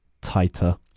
tighter